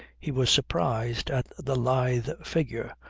he was surprised at the lithe figure,